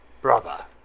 brother